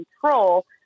control